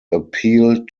appealed